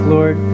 Lord